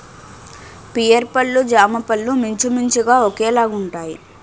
pear పళ్ళు జామపళ్ళు మించుమించుగా ఒకేలాగుంటాయి